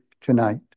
tonight